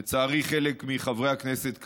לצערי, חלק מחברי הכנסת כאן,